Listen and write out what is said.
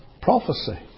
prophecy